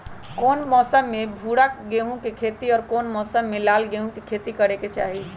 कौन मौसम में भूरा गेहूं के खेती और कौन मौसम मे लाल गेंहू के खेती करे के चाहि?